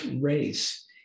race